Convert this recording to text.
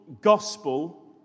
gospel